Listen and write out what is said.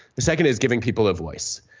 the second is giving people a voice.